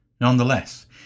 Nonetheless